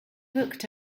booked